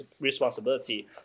responsibility